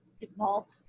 involved